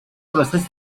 proceso